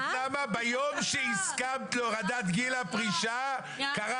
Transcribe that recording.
ביום שהסכמת להורדת גיל הפרישה קרה